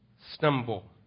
stumble